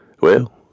Well